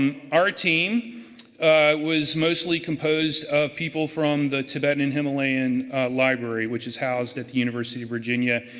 um our team was mostly composed of people from the tibetan and himalayan library which is housed at the university of virginia.